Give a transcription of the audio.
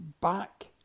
back